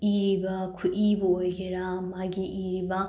ꯏꯔꯤꯕ ꯈꯨꯠꯏꯕꯨ ꯑꯣꯏꯒꯦꯔꯥ ꯃꯥꯒꯤ ꯏꯔꯤꯕ